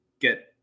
get